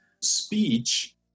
speech